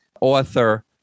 author